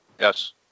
Yes